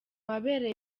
wabereye